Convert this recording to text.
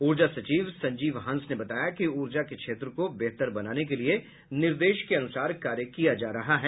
ऊर्जा सचिव संजीव हंस ने बताया कि ऊर्जा के क्षेत्र को बेहतर बनाने के लिए निर्देश के अनुसार कार्य किया जा रहा है